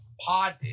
pod